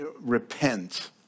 repent